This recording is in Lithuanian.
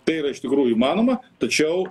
tai yra iš tikrųjų įmanoma tačiau